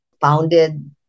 founded